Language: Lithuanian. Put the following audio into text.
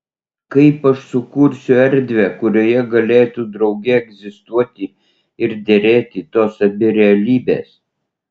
kaip aš sukursiu erdvę kurioje galėtų drauge egzistuoti ir derėti tos abi realybės